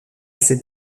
cette